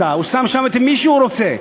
הוא שׂם שׁם את מי שהוא רוצה.